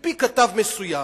מפי כתב מסוים,